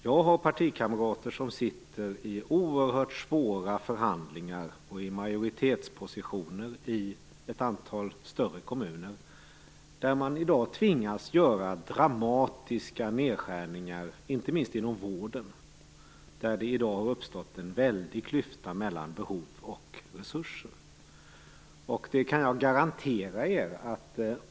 Jag har partikamrater som sitter i oerhört svåra förhandlingar och i majoritetspositioner i ett antal större kommuner, där man i dag tvingas göra dramatiska nedskärningar - inte minst inom vården, där det i dag har uppstått en väldig klyfta mellan behov och resurser.